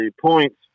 points